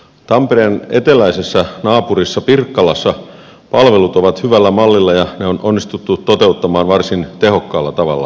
tampereen eteläisessä naapurissa pirkkalassa palvelut ovat hyvällä mallilla ja ne on onnistuttu toteuttamaan varsin tehokkaalla tavalla